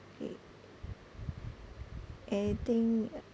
K I think